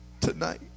tonight